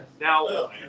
Now